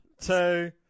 two